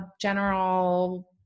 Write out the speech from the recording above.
general